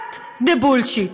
cut the bullshit.